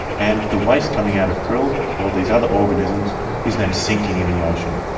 and the waste coming out of krill or these other organisms is then sinking in the ocean.